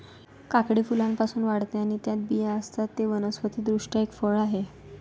काकडी फुलांपासून वाढते आणि त्यात बिया असतात, ते वनस्पति दृष्ट्या एक फळ आहे